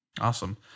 Awesome